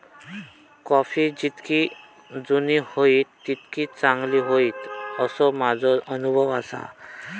coffee जितकी जुनी होईत तितकी चांगली होईत, असो माझो अनुभव आसा